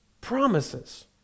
promises